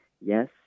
yes